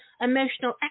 emotional